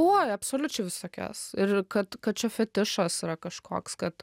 uoj absoliučiai visokias ir kad kad čia fetišas yra kažkoks kad